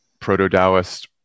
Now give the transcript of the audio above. proto-Daoist